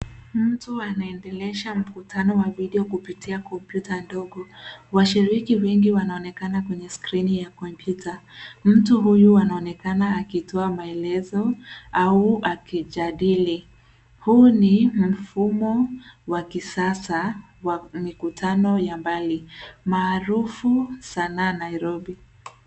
Mtu anaendeleza mkutano wa video kupitia kompyuta ndogo. washiriki wengi wanonekana kwenye skrini ya kompyuta. Mtu huyu anaonekana akitoa maelezo au akijadili. Huu ni mfumo wa kisasa wa mikutano ya mbali maarufu sana Nairobi.